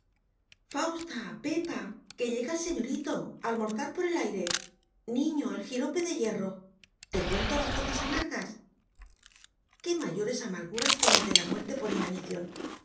fausta pepa que llega el señorito almorzar por el aire niño el jirope de hierro te cuento las gotas amargas qué mayores amarguras que las de la muerte por inanición